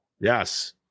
yes